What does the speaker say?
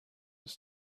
was